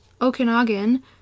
Okanagan